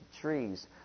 trees